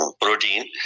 protein